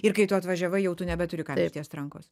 ir kai tu atvažiavai jau tu nebeturi kam ištiest rankos